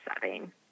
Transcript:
setting